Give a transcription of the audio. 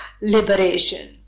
liberation